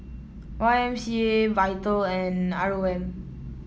Y M C A Vital and R O M